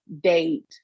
date